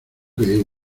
que